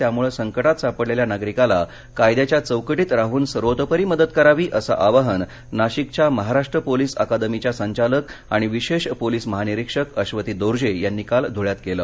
त्यामुळे संकटात सापडलेल्या नागरिकाला कायद्याच्या चौकटीत राहन सर्वतोपरी मदत करावी असं आवाहन नाशिकच्या महाराष्ट्र पोलिस अकादमीच्या संचालक आणि विशेष पोलिस महानिरीक्षक अधती दोर्जे यांनी काल धुळ्यात केलं